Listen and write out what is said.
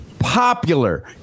Popular